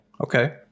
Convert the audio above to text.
Okay